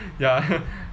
ya